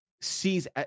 sees